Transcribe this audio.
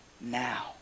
now